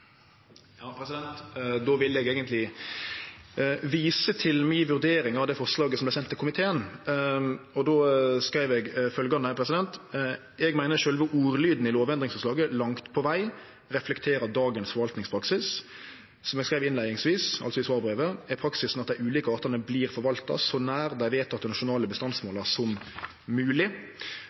Då vil eg vise til mi vurdering av det forslaget som vart sendt til komiteen. Eg skreiv at eg meiner at sjølve ordlyden i lovendringsforslaget langt på veg reflekterer dagens forvaltingspraksis. Som eg skreiv innleiingsvis i svarbrevet, er praksisen at dei ulike artane vert forvalta så nær dei vedtekne nasjonale bestandsmåla som